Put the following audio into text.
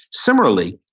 similarly,